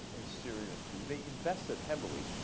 and syria, too. they invested heavily.